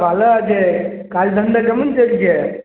ভালো আছে কাজ ধান্দা কেমন চলছে